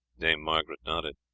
dame margaret nodded.